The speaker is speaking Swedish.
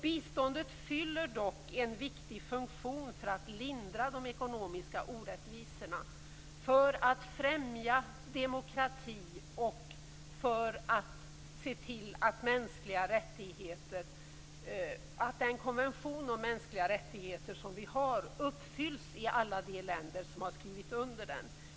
Biståndet fyller dock en viktig funktion för att lindra de ekonomiska orättvisorna, för att främja demokrati och för att se till att konventionen om mänskliga rättigheter uppfylls i alla de länder som har skrivit under den.